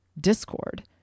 discord